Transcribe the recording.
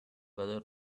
other